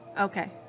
Okay